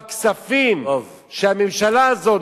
והכספים שהממשלה הזאת,